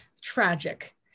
tragic